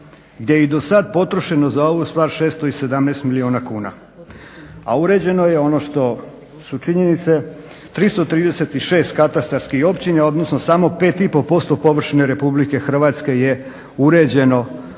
gdje je i dosad potrošeno za ovu stvar 617 milijuna kuna, a uređeno je ono što su činjenice 336 katastarskih općina, odnosno samo 5,5% površine RH je uređeno tim